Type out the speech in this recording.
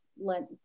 let